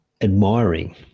admiring